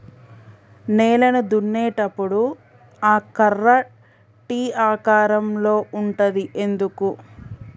నేలను దున్నేటప్పుడు ఆ కర్ర టీ ఆకారం లో ఉంటది ఎందుకు?